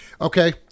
Okay